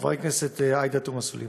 חברת הכנסת עאידה תומא סלימאן,